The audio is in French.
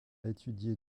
étudié